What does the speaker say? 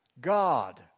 God